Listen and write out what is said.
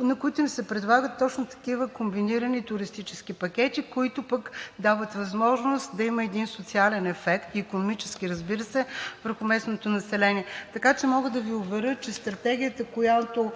на които им се предлагат точно такива комбинирани туристически пакети, които пък дават възможност да има един социален ефект – икономически, разбира се, върху местното население. Така че мога да Ви уверя, че стратегията, която